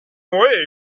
wait